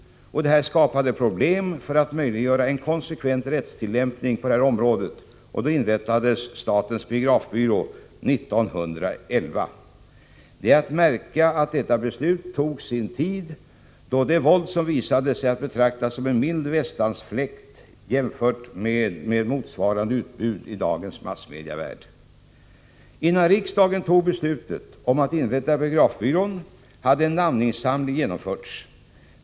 Detta skapade problem och för att möjliggöra en konsekvent rättstillämpning på detta område inrättades statens biografbyrå 1911. Det är att märka att detta beslut togs i en tid, då det våld som visades är att betrakta som en mild västanfläkt jämfört med motsvarande utbud i dagens massmediavärld. Innan riksdagen tog beslutet om att inrätta biografbyrån, hade en namninsamling genomförts.